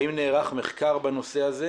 האם נערך מחקר בנושא הזה?